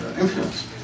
influence